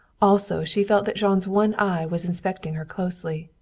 also she felt that jean's one eye was inspecting her closely,